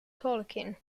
tolkien